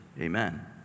amen